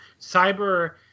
Cyber